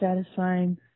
satisfying